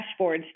dashboards